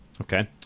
Okay